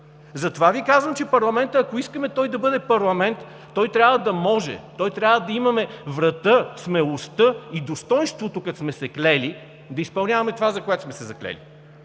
Затова Ви казвам, че парламентът, ако искаме той да бъде парламент, трябва да може, трябва да имаме смелостта и достойнството, като сме се клели, да изпълняваме това, за което сме се заклели!